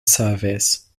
service